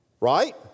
right